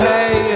Hey